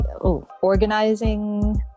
organizing